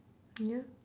ya